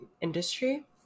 industry